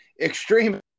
Extreme